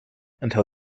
until